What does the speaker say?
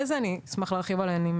אשמח להרחיב עליהן אם